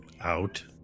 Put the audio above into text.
out